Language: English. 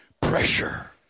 Pressure